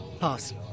Pass